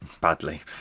Badly